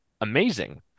amazing